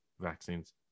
vaccines